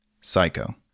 Psycho